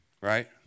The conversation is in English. Right